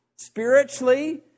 Spiritually